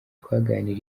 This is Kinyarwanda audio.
twaganiriye